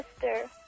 sister